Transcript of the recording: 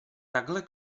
takhle